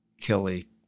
Kelly